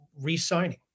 re-signing